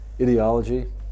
ideology